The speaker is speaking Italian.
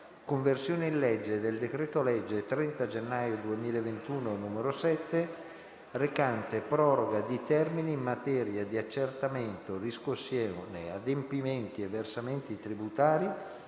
Conversione in legge del decreto-legge 30 gennaio 2021, n. 7, recante proroga di termini in materia di accertamento, riscossione, adempimenti e versamenti tributari,